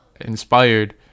inspired